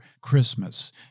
Christmas